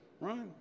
Right